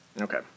Okay